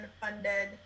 funded